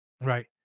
right